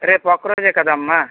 రేపు ఒక్కరోజే కదమ్మ